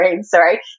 Sorry